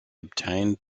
obtained